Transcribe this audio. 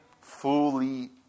Fully